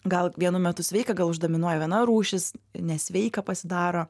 gal vienu metu sveika gal uždominuoja viena rūšis nesveika pasidaro